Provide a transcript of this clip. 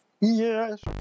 Yes